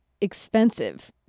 expensive